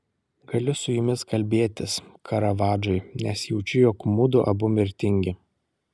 galiu su jumis kalbėtis karavadžai nes jaučiu jog mudu abu mirtingi